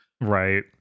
right